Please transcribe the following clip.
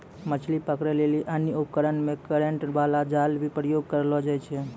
मछली पकड़ै लेली अन्य उपकरण मे करेन्ट बाला जाल भी प्रयोग करलो जाय छै